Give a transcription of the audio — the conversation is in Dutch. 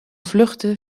vluchten